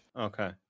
Okay